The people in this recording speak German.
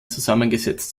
zusammengesetzt